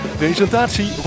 Presentatie